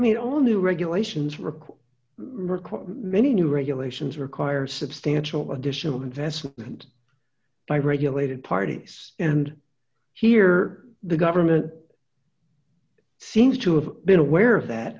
mean all new regulations require require many new regulations require substantial additional investment by regulated parties and here the government seems to have been aware of that